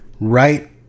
right